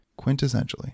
Quintessentially